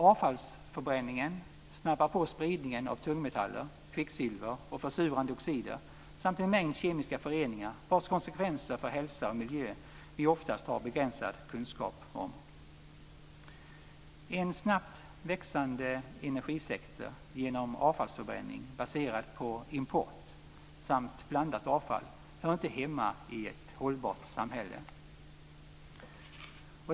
Avfallsförbränningen snabbar på spridningen av tungmetaller, kvicksilver, försurande oxider samt en mängd kemiska föreningar vars konsekvenser för hälsa och miljö vi oftast har begränsad kunskap om. En snabbt växande energisektor genom avfallsförbränning baserad på import samt blandat avfall hör inte hemma i ett hållbart samhälle.